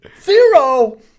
zero